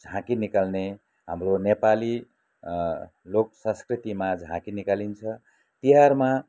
झाँकी निकाल्ने हाम्रो नेपाली लोक संस्कृतिमा झाँकी निकालिन्छ तिहारमा